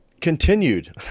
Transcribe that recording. continued